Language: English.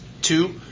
two